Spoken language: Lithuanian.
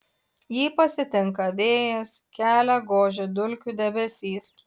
jį pasitinka vėjas kelią gožia dulkių debesys